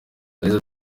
yagize